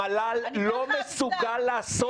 המל"ל לא מסוגל לעשות את זה.